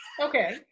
okay